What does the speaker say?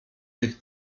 tych